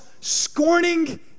scorning